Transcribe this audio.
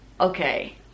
okay